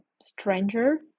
stranger